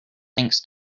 thanks